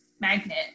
magnet